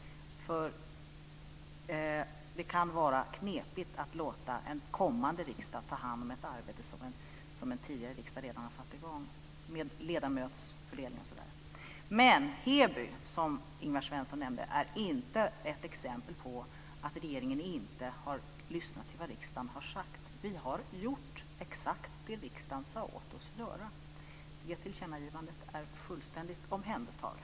Det kan vara knepigt att låta en kommande riksdag ta hand om ett arbete som en tidigare riksdag redan har satt i gång, med ledamotsfördelning och så. Heby, som Ingvar Svensson nämnde, är inte ett exempel på att regeringen inte har lyssnat till vad riksdagen har sagt. Vi har gjort exakt det som riksdagen sade åt oss att göra. Det tillkännagivandet är fullständigt omhändertaget.